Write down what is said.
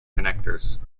connectors